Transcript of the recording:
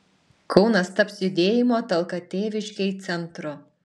kaunas taps judėjimo talka tėviškei centru